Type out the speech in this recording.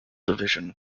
division